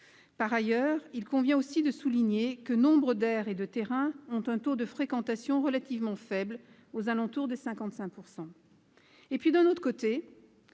Par ailleurs, il convient de souligner que nombre d'aires et de terrains ont un taux de fréquentation relativement faible, aux alentours de 55 %. D'un autre côté,